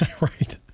Right